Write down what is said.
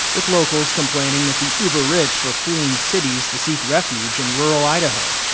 with locals complaining that the uber-rich were fleeing cities to seek refuge in rural idaho,